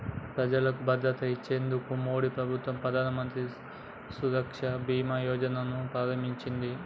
ప్రజలకు భద్రత ఇచ్చేందుకు మోడీ ప్రభుత్వం ప్రధానమంత్రి సురక్ష బీమా యోజన ను ప్రారంభించింది